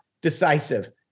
decisive